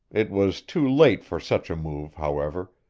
it was too late for such a move, however,